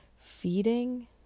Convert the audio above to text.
feeding